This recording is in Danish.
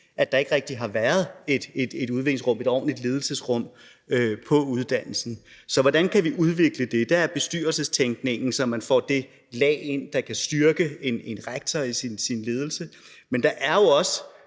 der ikke rigtig har været et udviklingsrum, et ordentligt ledelsesrum, på uddannelsen. Så hvordan kan vi udvikle det? Der er bestyrelsestænkningen, så man får det lag ind, der kan styrke en rektor i sin ledelse, men der er jo også